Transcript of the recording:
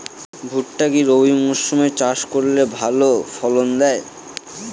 ভুট্টা কি রবি মরসুম এ চাষ করলে ভালো ফলন দেয়?